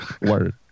Word